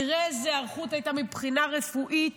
תראה איזו היערכות הייתה מבחינה רפואית.